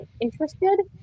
interested